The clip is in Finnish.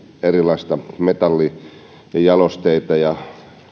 erilaisia metallijalosteita ja